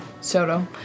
Soto